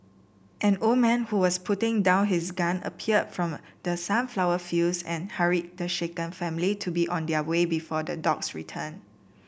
an old man who was putting down his gun appeared from the sunflower fields and hurried the shaken family to be on their way before the dogs return